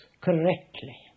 correctly